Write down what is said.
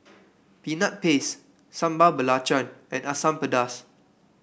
Peanut Paste Sambal Belacan and Asam Pedas